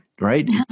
Right